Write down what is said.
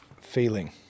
feeling